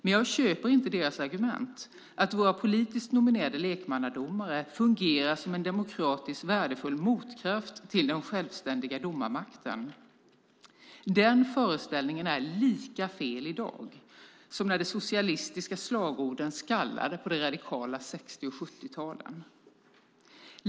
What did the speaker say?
Men jag köper inte deras argument att våra politiskt nominerade lekmannadomare fungerar som en demokratisk värdefull motkraft till den självständiga domarmakten. Den föreställningen är lika fel i dag som när de socialistiska slagorden skallade på de radikala 60 och 70-talen.